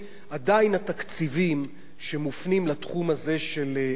עדיין התקציבים שמופנים לתחום הזה של הגנה